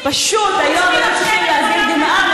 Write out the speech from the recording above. שפשוט היום היו צריכים להזיל דמעה,